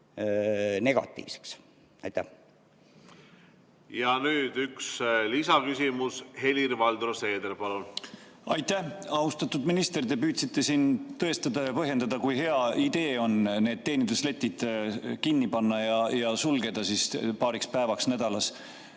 Seeder, palun! Ja nüüd üks lisaküsimus. Helir-Valdor Seeder, palun! Aitäh! Austatud minister! Te püüdsite siin tõestada ja põhjendada, kui hea idee on teenindusletid kinni panna ja sulgeda paariks päevaks nädalas.